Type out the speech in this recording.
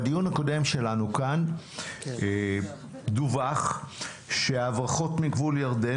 בדיון הקודם שלנו כאן דווח שההברחות מגבול ירדן,